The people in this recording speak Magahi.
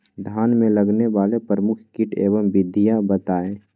धान में लगने वाले प्रमुख कीट एवं विधियां बताएं?